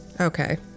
okay